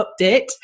update